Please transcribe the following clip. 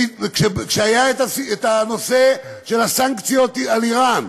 כשהיה הנושא של הסנקציות על איראן,